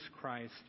Christ